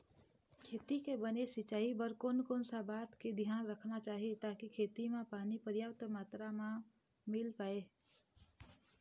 खेती के बने सिचाई बर कोन कौन सा बात के धियान रखना चाही ताकि खेती मा पानी पर्याप्त मात्रा मा मिल पाए?